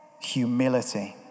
Humility